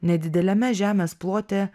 nedideliame žemės plote